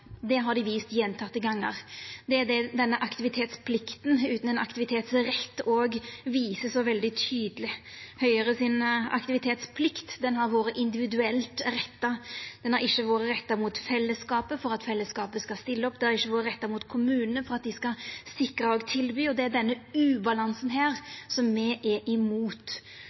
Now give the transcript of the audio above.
Det har dei vist gjentekne gonger. Det er det denne aktivitetsplikta utan ein aktivitetsrett òg viser så veldig tydeleg. Høgre sin aktivitetsplikt har vore individuelt retta, han har ikkje vore retta mot fellesskapet, for at fellesskapet skal stilla opp, han har ikkje vore retta mot kommunane, for at dei skal sikra og tilby, og det er denne ubalansen me er imot.